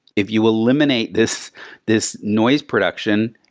if you eliminate this this noise production,